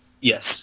Yes